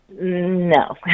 no